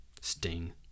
Sting